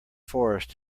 forest